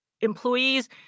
employees